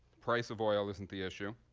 price of oil isn't the issue.